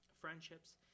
friendships